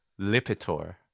Lipitor